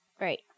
Right